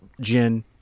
gin